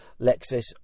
lexus